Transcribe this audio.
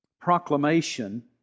proclamation